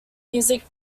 music